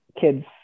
kids